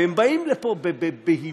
והם באים לפה בבהילות,